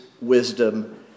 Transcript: wisdom